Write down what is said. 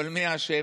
אבל מי אשם?